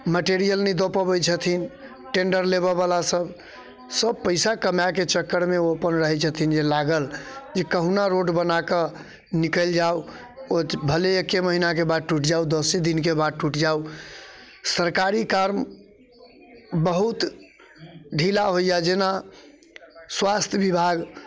material नहि दऽ पबै छथिन टेण्डर लेबऽवला सब सब पइसा कमाइके चक्करमे ओ अपन रहै छथिन जे लागल जे कहुना रोड बनाकऽ निकलि जाउ ओ भनहि एक्के महिनाके बाद टुटि जाउ दसे दिनके बाद टुटि जाउ सरकारी काम बहुत ढीला होइए जेना स्वास्थ्य विभाग